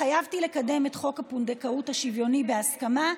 התחייבתי לקדם את חוק הפונדקאות השוויוני בהסכמה,